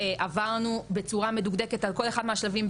שבאמת עברנו בצורה מדוקדקת על כל אחד מהשלבים,